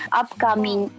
upcoming